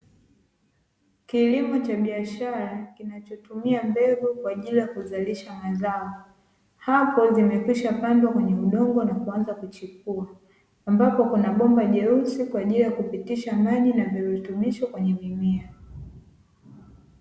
Kilimo cha biashara kinachotumia mbegu kwa ajili ya kuzalisha mazao, hapo zimekwisha pandwa kwenye udongo na kuanza kuchipua ambapo kuna bomba jeusi, kwa ajili ya kupitisha maji na virutubisho kwenye mimea.